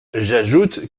j’ajoute